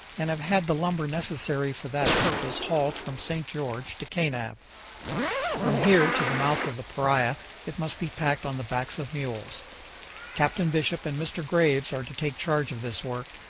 and have had the lumber necessary for that purpose hauled from st. george to kanab. from here to the mouth of the paria it must be packed on the backs of mules captain bishop and mr. graves are to take charge of this work,